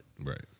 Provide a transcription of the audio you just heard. right